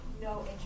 no